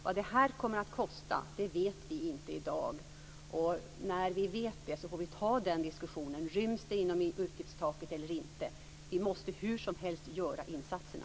Vad det här kommer att kosta vet vi inte i dag, och när vi vet det får vi ta den diskussionen, om det ryms inom utgiftstaket eller inte. Vi måste hur som helst göra insatserna.